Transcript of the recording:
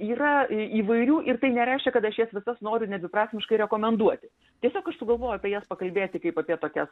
yra įvairių ir tai nereiškia kad aš jas visas noriu nedviprasmiškai rekomenduoti tiesiog aš sugalvojau apie jas pakalbėti kaip apie tokias